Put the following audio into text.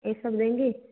ये सब देंगी